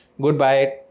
goodbye